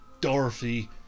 Dorothy